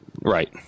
Right